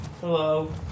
Hello